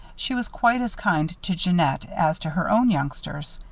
she was quite as kind to jeannette as to her own youngsters.